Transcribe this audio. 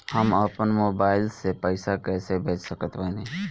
हम अपना मोबाइल से पैसा कैसे भेज सकत बानी?